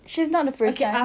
she's not the first time